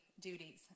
duties